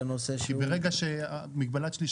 זה נושא שהוא --- ברגע שמגבלת שליש